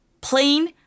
Plain